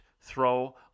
throw